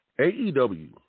AEW